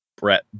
Brett